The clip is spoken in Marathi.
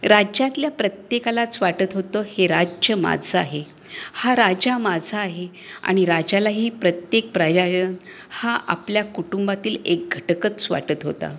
राज्यातल्या प्रत्येकालाच वाटत होतं हे राज्य माझं आहे हा राजा माझा आहे आणि राजालाही प्रत्येक प्रजाजन हा आपल्या कुटुंबातील एक घटकच वाटत होता